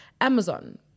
Amazon